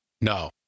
No